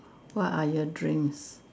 what are your dreams